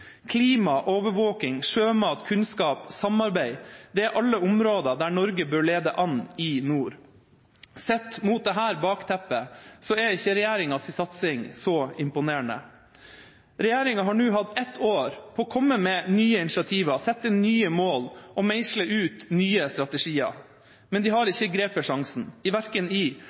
Klima, overvåking, sjømat, kunnskap og samarbeid – det er alle områder der Norge bør lede an i nord. Sett mot dette bakteppet er ikke regjeringas satsing så imponerende. Regjeringa har nå hatt et år på å komme med nye initiativer, sette nye mål og meisle ut nye strategier. Men de har ikke grepet sjansen. Verken i